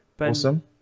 Awesome